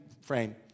frame